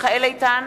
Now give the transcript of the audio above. מיכאל איתן,